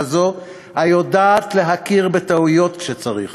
כזאת היודעת להכיר בטעויות כשצריך